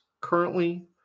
currently